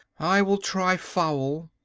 i will try foul.